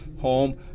home